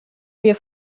mir